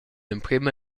emprema